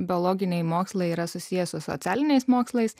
biologiniai mokslai yra susiję su socialiniais mokslais